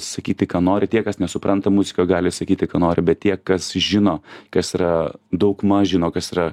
sakyti ką nori tie kas nesupranta muziką gali sakyti ką nori bet tie kas žino kas yra daugmaž žino kas yra